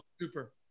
super